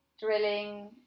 Drilling